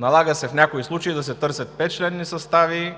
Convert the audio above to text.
В някои случаи се налага да се търсят петчленни състави.